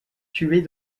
tuée